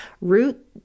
root